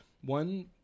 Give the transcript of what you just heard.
One